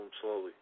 Slowly